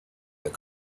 that